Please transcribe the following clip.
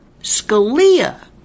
Scalia